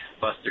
Buster